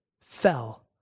fell